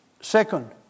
Second